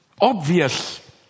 obvious